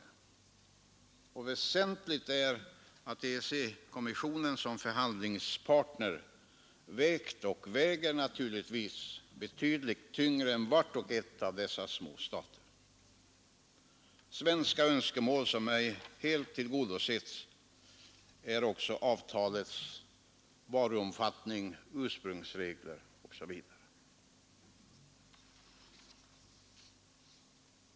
Väsentligt är att EEC-kommissionen som förhandlingspartner naturligtvis väger betydligt tyngre än var och en av dessa små stater. Svenska önskemål som ej helt tillgodosetts gäller avtalets varuomfattning, ursprungsregler osv.